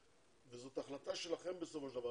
וזאת החלטה שלכם בסופו של דבר,